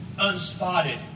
unspotted